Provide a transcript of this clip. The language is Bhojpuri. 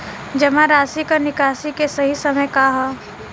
जमा राशि क निकासी के सही समय का ह?